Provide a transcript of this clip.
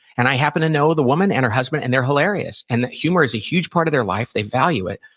and i happen to know the woman and her husband and they're hilarious. and that humor is a huge part of their life. they value it.